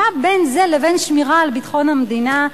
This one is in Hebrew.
מה בין זה לבין שמירה על ביטחון המדינה?